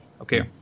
Okay